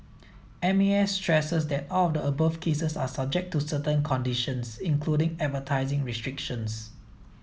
M A S stresses that all of the above cases are subject to certain conditions including advertising restrictions